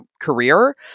career